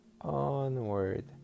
onward